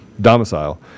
domicile